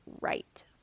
right